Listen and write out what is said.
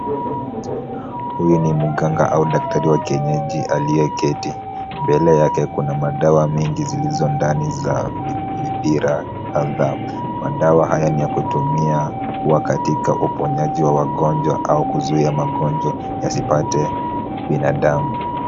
Huyu ni mganga au daktari wa kienyeji aliyeketi. Mbele yake kuna madawa mengi zilizo ndani za vipira kadhaa. Madawa haya ni ya kutumia kua katika uponyaji wa wagonjwa au kuzuia magonjwa yasipate binadamu.